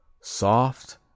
Soft